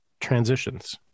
transitions